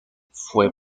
fue